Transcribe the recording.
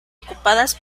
ocupadas